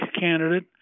candidate